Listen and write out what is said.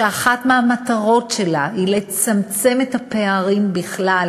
שאחת מהמטרות שלה היא לצמצם את הפערים בכלל